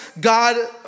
God